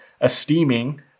esteeming